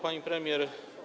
Pani Premier!